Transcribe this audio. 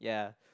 ya